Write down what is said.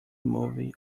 movie